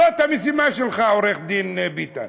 זאת המשימה שלך, עורך הדין ביטן.